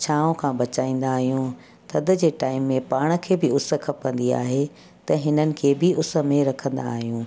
छांव खां बचाईंदा थदि जे टाइम में पाण खे बि उस खपंदी आहे त हिननि खे बि उस में रखंदा आहियूं